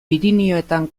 pirinioetan